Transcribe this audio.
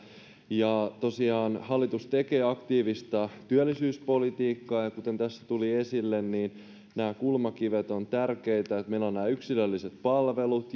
ja tosiaan hallitus tekee aktiivista työllisyyspolitiikkaa ja ja kuten tässä tuli esille nämä kulmakivet ovat tärkeitä meillä on nämä yksilölliset palvelut